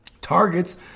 targets